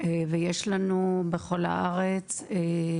ויש לנו בכל הארץ 9 מפקחות.